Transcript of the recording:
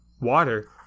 water